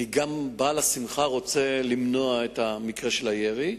כי גם בעל השמחה רוצה למנוע את המקרה של הירי,